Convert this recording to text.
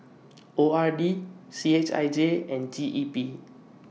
O R D C H I J and G E P